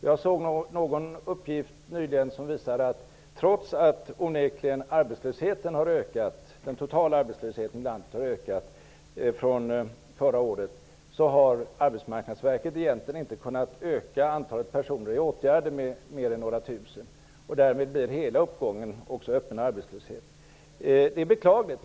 Jag läste nyligen någon uppgift som visade att Arbetsmarknadsverket, trots att den totala arbetslösheten i landet sedan förra året onekligen har ökat, inte har kunnat öka antalet personer i åtgärder med mer än några tusen. Därmed blir hela uppgången i öppen arbetslöshet. Det är beklagligt.